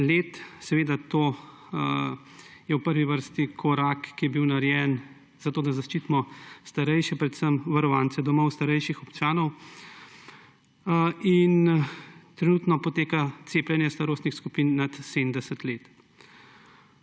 let. Seveda je to v prvi vrst korak, ki je bil narejen zato, da zaščitimo starejše, predvsem varovance domov starejših občanov. Trenutno poteka cepljenje starostnih skupin nad 70 let